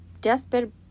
Deathbed